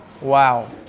Wow